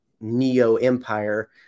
Neo-Empire